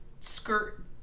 skirt